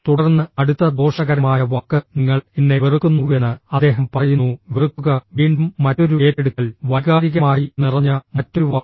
തുടർന്ന് അടുത്ത ദോഷകരമായ വാക്ക് നിങ്ങൾ എന്നെ വെറുക്കുന്നുവെന്ന് അദ്ദേഹം പറയുന്നു വെറുക്കുക വീണ്ടും മറ്റൊരു ഏറ്റെടുക്കൽ വൈകാരികമായി നിറഞ്ഞ മറ്റൊരു വാക്ക്